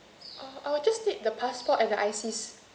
uh I will just take the passport at the I_Cs